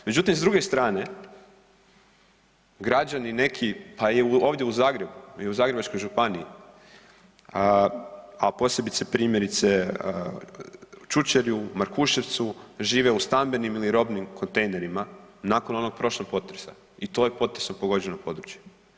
Međutim, s druge strane, građani neki, pa i ovdje u Zagrebu i u Zagrebačkoj županiji, a posebice, primjerice, Čučerju, Markuševcu, žive u stambenim ili robnim kontejnerima nakon onog prošlog potresa i to je potresom pogođeno područje.